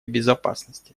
безопасности